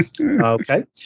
okay